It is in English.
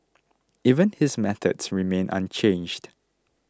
even his methods remain unchanged